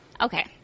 Okay